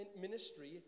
ministry